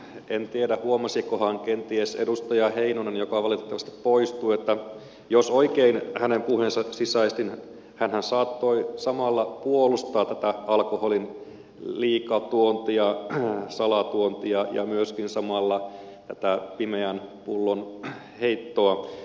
en tiedä huomasikohan kenties edustaja heinonen joka valitettavasti poistui että jos oikein hänen puheensa sisäistin hänhän saattoi samalla puolustaa tätä alkoholin liikatuontia salatuontia ja myöskin samalla tätä pimeän pullon heittoa